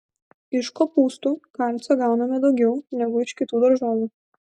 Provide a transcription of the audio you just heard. iš kopūstų kalcio gauname daugiau negu iš kitų daržovių